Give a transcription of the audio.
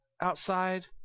outside